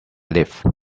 live